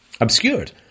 obscured